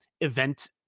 event